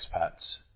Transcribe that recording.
expats